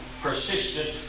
persistent